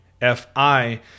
Fi